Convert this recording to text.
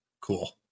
Cool